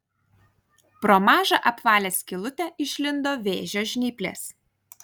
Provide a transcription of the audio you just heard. pro mažą apvalią skylutę išlindo vėžio žnyplės